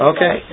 Okay